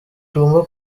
tugomba